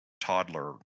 toddler